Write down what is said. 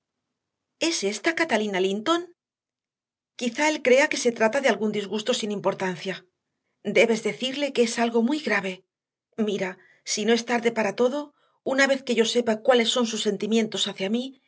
es ésta catalina linton quizá él crea que se trata de algún disgusto sin importancia debes decirle que es algo muy grave mira si no es tarde para todo una vez que yo sepa cuáles son sus sentimientos hacia mí